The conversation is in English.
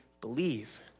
believe